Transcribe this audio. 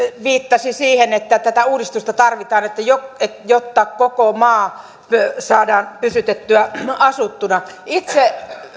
viittasi siihen että tätä uudistusta tarvitaan jotta koko maa saadaan pysytettyä asuttuna itse